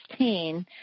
2016